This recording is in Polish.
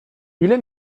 ile